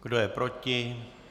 Kdo je proti?